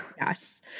Yes